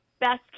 best